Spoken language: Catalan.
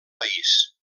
país